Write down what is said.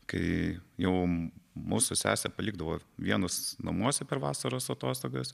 kai jau mus su sese palikdavo vienus namuose per vasaros atostogas